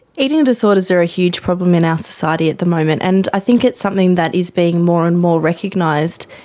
eating disorders are a huge problem in our society at the moment, and i think it's something that is being more and more recognised,